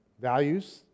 Values